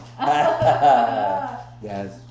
yes